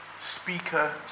speaker